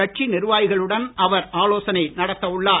கட்சி நிர்வாகிகளுடனும் அவர் கலந்து ஆலோசனை நடத்த உள்ளார்